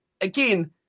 again